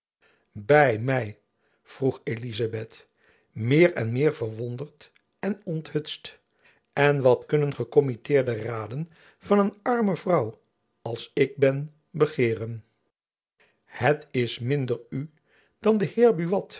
by my vroeg elizabeth meer en meer verwonderd en onthutst en wat kunnen gekommitteerde raden van een arme vrouw als ik ben begeeren het is minder u dan den